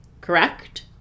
Correct